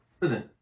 Listen